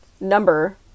number